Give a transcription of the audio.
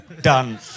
done